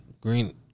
Green